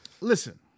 listen